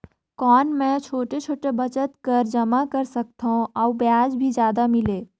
कौन मै छोटे छोटे बचत कर जमा कर सकथव अउ ब्याज भी जादा मिले?